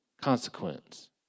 consequence